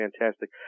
fantastic